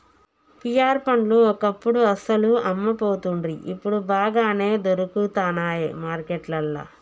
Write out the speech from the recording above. pear పండ్లు ఒకప్పుడు అస్సలు అమ్మపోతుండ్రి ఇప్పుడు బాగానే దొరుకుతానయ్ మార్కెట్లల్లా